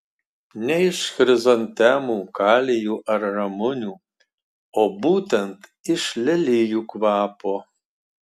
ne iš chrizantemų kalijų ar ramunių o būtent iš lelijų kvapo